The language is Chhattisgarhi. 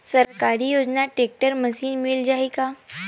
सरकारी योजना टेक्टर मशीन मिल जाही का?